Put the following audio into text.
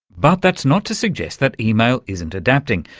but that's not to suggest that email isn't adapting,